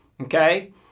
Okay